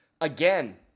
Again